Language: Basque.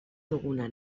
duguna